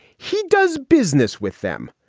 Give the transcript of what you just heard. he does business with them?